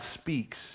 speaks